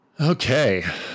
Okay